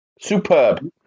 Superb